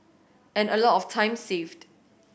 and a lot of time saved